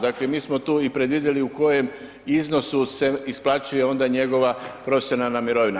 Dakle, mi smo tu i predvidjeli u kojem iznosu se isplaćuje onda njegova profesionalna mirovina.